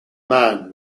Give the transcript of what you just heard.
man